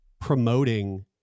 promoting